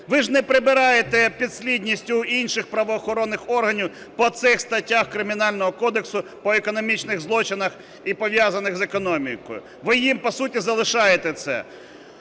Ви ж не прибираєте підслідність у інших правоохоронних органів по цих статтях Кримінального кодексу по економічних злочинах і пов'язаних з економікою. Ви їм по суті залишаєте це.